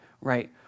right